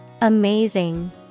Amazing